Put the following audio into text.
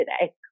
today